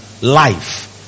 life